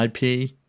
IP